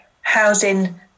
housing